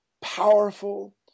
powerful